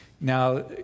Now